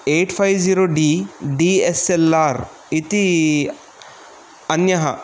eight five zero D D S L R इति अन्यः